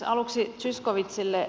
aluksi zyskowiczille